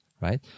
right